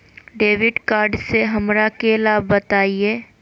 Debit card से हमरा के लाभ बताइए?